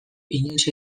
inoiz